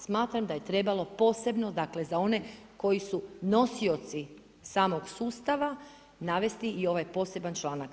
Smatram da je trebalo posebno dakle za one koji su nosioci samog sustava navesti i ovaj poseban članak.